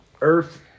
Earth